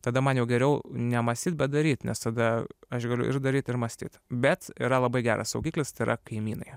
tada man jau geriau nemąstyt bet daryt nes tada aš galiu ir daryt ir mąstyt bet yra labai geras saugiklis tai yra kaimynai